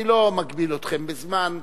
אני לא מגביל אתכם בזמן,